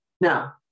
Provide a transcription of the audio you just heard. Now